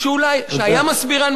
שהיה מסבירן מצוין,